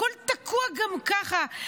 הכול תקוע גם ככה.